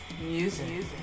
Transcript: music